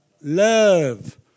love